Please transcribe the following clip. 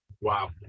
wow